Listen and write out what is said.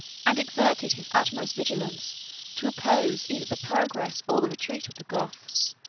and exerted his utmost vigilance to oppose either the progress or the retreat of the goths.